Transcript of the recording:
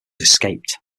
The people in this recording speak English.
escaped